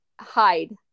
hide